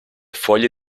foglie